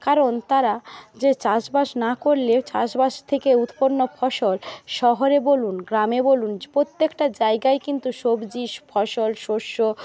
কারণ তারা যে চাষবাস না করলে চাষবাস থেকে উৎপন্ন ফসল শহরে বলুন গ্রামে বলুন প্রত্যেকটা জায়গায় কিন্তু সবজি ফসল শস্য